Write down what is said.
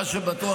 מה שבטוח,